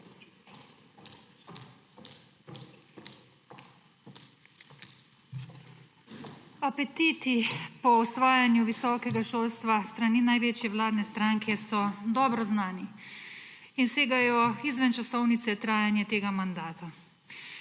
Apetiti po osvajanju visokega šolstva s strani največje vladne stranke so dobro znani in segajo izven časovnice trajanja tega mandata.